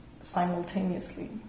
simultaneously